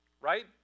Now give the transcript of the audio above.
Right